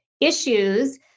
issues